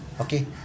okay